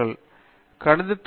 பேராசிரியர் பிரதாப் ஹரிதாஸ் சரி